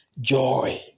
joy